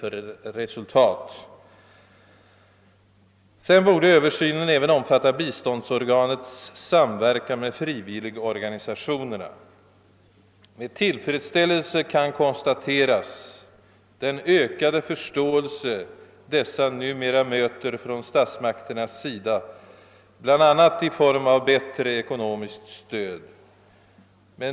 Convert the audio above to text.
Vidare borde alltså översynen omfatta biståndsorganets samverkan med frivilligorganisationerna. Med tillfredsställelse kan konstateras den ökade förståelse dessa numera möter hos statsmakterna, bl.a. uttryckt i form av bättre ekonomiskt stöd.